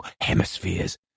hemispheres